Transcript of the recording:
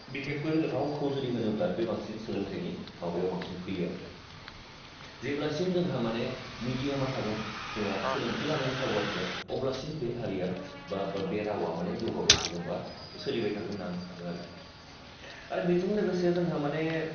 बिखेक्कयै रावखौ जुदि होनोब्ला बे बांसिन सोलोंथाइनि माबायाव बांसिन फैयो आरखि जेब्लासिम जोंहा माने मिदियामा थागोन जोंहा सोलोंथाइ लानायनि खाबुया थागोन अब्लासिम बे हारिया बा बे रावा माने जौगाबाय थागोन बा सोलिबाय थागोन होन्ना आं सानो आरखि आरो बेजों लोगोसे जोंहा माने